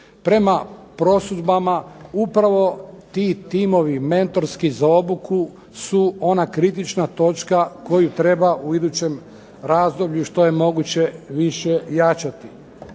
Prema prosudbama upravo ti timovi mentorski za obuku su ona kritična točka koju treba u idućem razdoblju što je moguće više jačati.